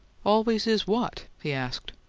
always is what? he asked.